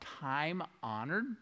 time-honored